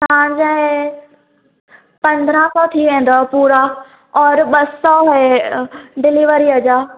तवांजा ई पंद्रहं सौ थी वेंदव पूरा और ॿ सौ ऐं डिलीवरीअ जा